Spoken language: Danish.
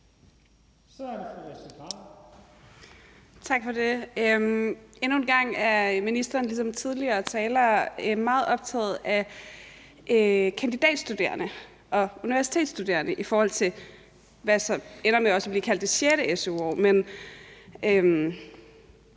Astrid Carøe (SF): Tak for det. Endnu en gang er ministeren ligesom tidligere talere meget optaget af kandidatstuderende og universitetsstuderende i forhold til det, som ender med også at blive kaldt det sjette su-år.